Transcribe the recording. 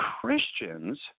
Christians